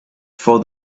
for